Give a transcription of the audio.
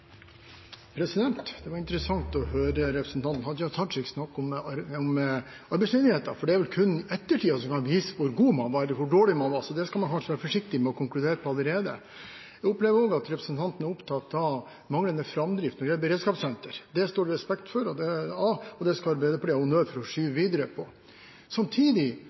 Det var interessant å høre representant Hadia Tajik snakke om arbeidsledigheten, for det er vel kun ettertiden som kan vise hvor god man var, eller hvor dårlig man var, så det skal man kanskje være forsiktig med å konkludere på allerede. Jeg opplever også at representanten er opptatt av manglende framdrift når det gjelder beredskapssenter. Det står det respekt av, og det skal Arbeiderpartiet ha honnør for å skyve videre på. Samtidig er det interessant å se på Arbeiderpartiets egne ambisjoner, for